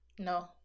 No